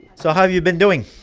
so have you been doing?